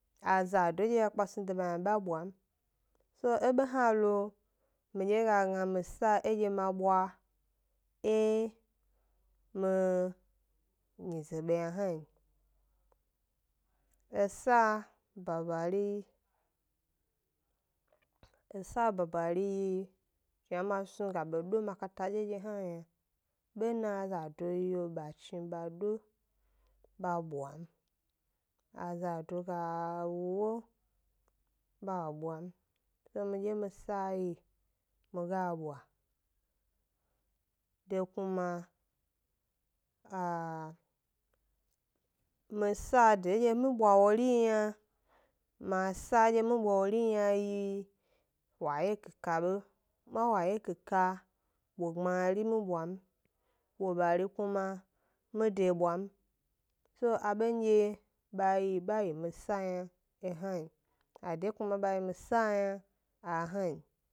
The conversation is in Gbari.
Azado dye ya kpa si de ba yna ba bwa m, so e be hna lo, midye ga gna mi sa eɗye ma bwa e mi nyize be yna hna n. E sa babari, e sa babari yi, shna ma snu ga be do makata dye dye hna yna, bena azado yio ba chni ba do ba bwa m, azado ga wu 'wo, ba bwa m, so midye mi sa yi mi ga bwa, de kuma ahh mi sa de dye mi bwa wori m yna, ma sa edye mi bwa wori m yna, yi wayeki ka be, ma wayeki ka bo gbmari mi bwa m, bobari kuma mi de bwa m, so abendye ba yi ba yi mi sa m yna ba hna n, ade kuma ba yi mi sa yna a hna n.